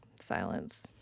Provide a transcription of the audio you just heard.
Silence